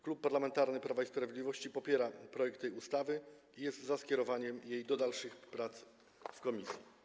Klub Parlamentarny Prawo i Sprawiedliwość popiera projekt tej ustawy i jest za skierowaniem go do dalszych prac w komisji.